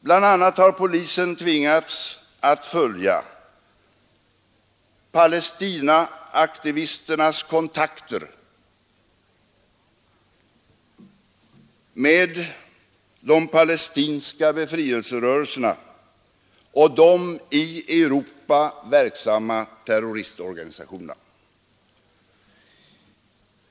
Bl.a. har polisen tvingats följa palestinaaktivisternas kontakter med de palestinska befrielserörelserna och de i Europa verksamma terroristorganisationerna.